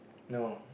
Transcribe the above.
no